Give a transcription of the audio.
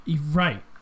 Right